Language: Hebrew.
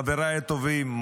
חבריי הטובים,